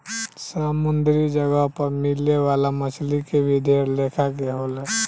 समुंद्री जगह पर मिले वाला मछली के भी ढेर लेखा के होले